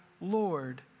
Lord